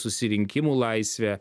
susirinkimų laisvę